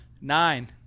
nine